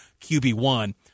QB1